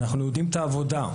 אנחנו יודעים את העבודה.